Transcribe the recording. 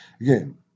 again